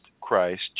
Christ